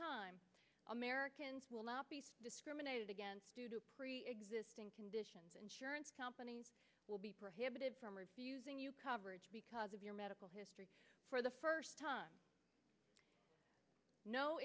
time americans will not be discriminated against due to preexisting conditions insurance companies will be prohibited from refusing you coverage because of your medical history for the first time no